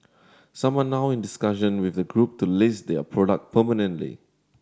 some are now in discussion with the Group to list their product permanently